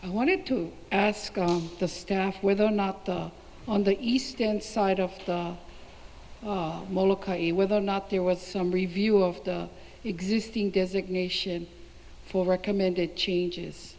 i wanted to ask the staff whether or not on the east side of whether or not there was some review of the existing designation for recommended changes